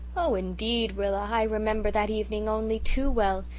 oh, indeed, rilla, i remember that evening only too well,